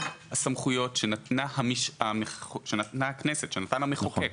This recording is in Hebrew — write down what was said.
שנתנה הכנסת, שנתן המחוקק